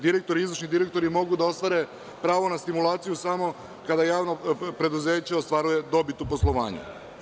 Direktori i izvršni direktori mogu da ostvare pravo na stimulaciju samo kada javno preduzeće ostvaruje dobit u poslovanju.